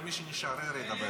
תודיע